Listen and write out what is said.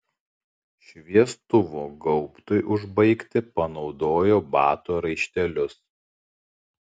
šviestuvo gaubtui užbaigti panaudojo batų raištelius